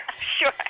Sure